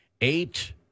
eight